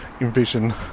envision